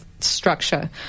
Structure